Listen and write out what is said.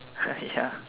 ya